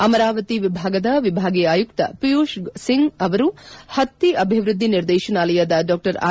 ಅಮರಾವತಿ ವಿಭಾಗದ ವಿಭಾಗೀಯ ಆಯುಕ್ತ ಪಿಯೂಷ್ ಸಿಂಗ್ ಅವರು ಪತ್ತಿ ಅಭಿವೃದ್ದಿ ನಿರ್ದೇಶನಾಲಯದ ಡಾ ಆರ್